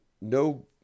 no